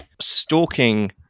stalking